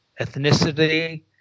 ethnicity